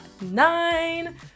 nine